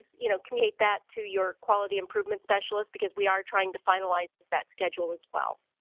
you know, communicate that to your quality improvement specialist, because we are trying to finalize that schedule as well.